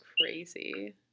crazy